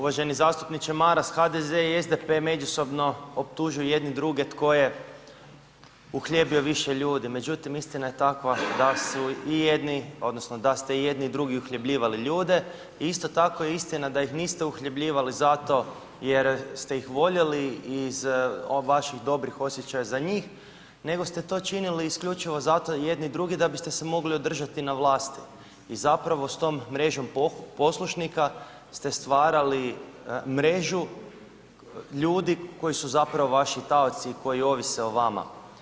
Uvaženi zastupniče Maras, HDZ i SDP međusobno optužuju jedni druge tko je uhljebio više ljudi međutim, istina je takva da su i jedni, odnosno da ste i jedni i drugi uhljebljivali ljude i isto tako je istina da ih niste uhljebljivali zato jer ste ih voljeli iz vaših dobrih osjećaja za njih nego ste to činili isključivo zato jedni i drugi da bi ste se mogli održati na vlasti i zapravo s tom mrežom poslušnika ste stvarali mrežu ljudi koji su zapravo vaši taoci i koji ovise o vama.